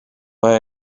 mae